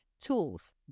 tools